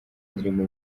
ndirimba